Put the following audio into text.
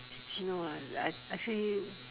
no ah act~ actually